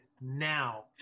now